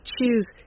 choose